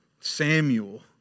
Samuel